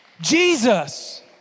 Jesus